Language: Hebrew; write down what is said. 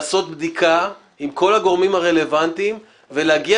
לעשות בדיקה עם כל הגורמים הרלוונטיים ולהגיע